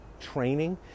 training